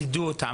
נידו אותם.